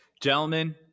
Gentlemen